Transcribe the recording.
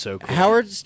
Howard